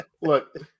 Look